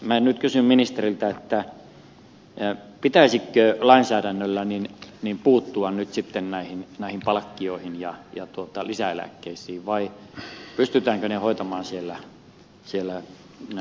minä nyt kysyn ministeriltä pitäisikö lainsäädännöllä puuttua nyt sitten näihin palkkioihin ja lisäeläkkeisiin vai pystytäänkö ne hoitamaan näissä työeläkeyhtiöissä